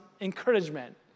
encouragement